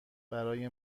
برای